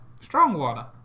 Strongwater